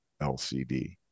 LCD